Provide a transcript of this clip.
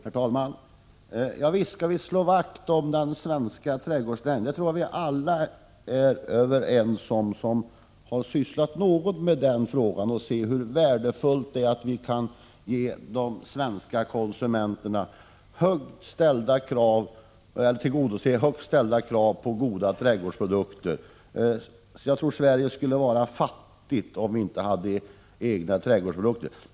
Herr talman! Ja, visst skall vi slå vakt om den svenska trädgårdsnäringen — det tror jag alla är överens om som har sysslat något med den frågan och sett hur värdefullt det är att kunna ge de svenska konsumenterna trädgårdsprodukter som uppfyller högt ställda krav. Sverige skulle vara fattigt om vi inte hade egna trädgårdsprodukter.